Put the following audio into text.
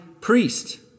priest